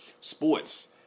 Sports